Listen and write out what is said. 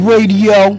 Radio